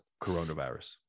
coronavirus